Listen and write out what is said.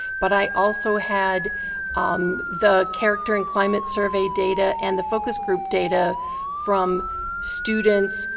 but i also had um the character and climate survey data and the focus group data from students,